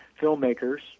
filmmakers